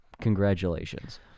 Congratulations